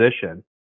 position